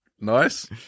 nice